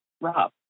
Rob